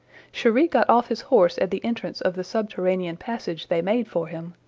cheri got off his horse at the entrance of the subterranean passage they made for him,